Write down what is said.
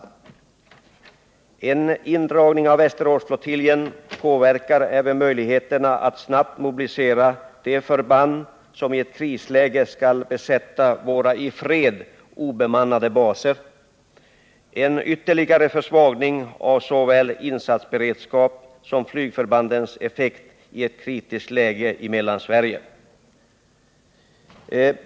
j En indragning av Västeråsflottiljen påverkar även möjligheterna att snabbt mobilisera de förband som i ett krisläge skall besätta våra i fred obemannade baser — en ytterligare försvagning av såväl insatsberedskap som flygförbandens effekt i ett kritiskt läge i Mellansverige.